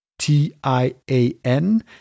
T-I-A-N